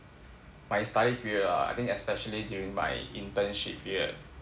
like study period ah I think especially during my internship period